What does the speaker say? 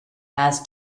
has